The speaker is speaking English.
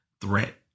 threat